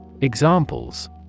Examples